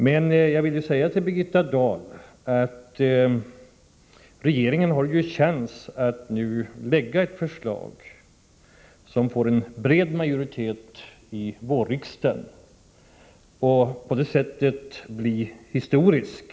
Men jag vill säga till Birgitta Dahl att regeringen har chans att nu lägga fram ett förslag som får en bred majoritet vid vårriksdagen och på det sättet bli historisk.